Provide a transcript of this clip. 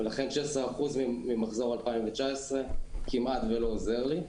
ולכן 16% ממחזור 2019 כמעט ולא עוזר לי.